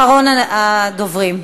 אחרון הדוברים.